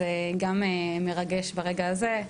אז זה גם מרגש ברגע הזה.